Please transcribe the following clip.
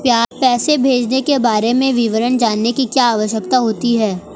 पैसे भेजने के बारे में विवरण जानने की क्या आवश्यकता होती है?